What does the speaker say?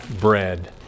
bread